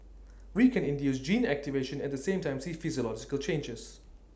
we can induce gene activation at the same time see physiological changes